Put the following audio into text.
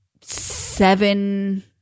seven